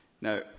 Now